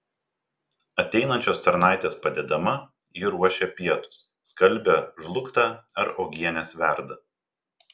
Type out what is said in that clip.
ateinančios tarnaitės padedama ji ruošia pietus skalbia žlugtą ar uogienes verda